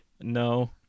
No